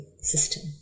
system